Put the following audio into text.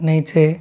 नीचे